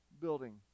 building